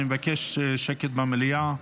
אני מבקש שקט במליאה,